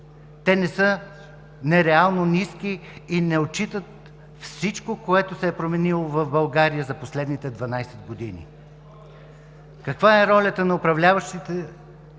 са нереално ниски и не отчитат всичко, което се е променило в България за последните 12 години. Каква е ролята на управляващите